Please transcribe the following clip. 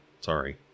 sorry